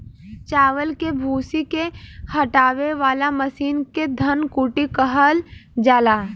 चावल के भूसी के हटावे वाला मशीन के धन कुटी कहल जाला